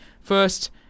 first